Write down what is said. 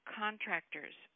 contractors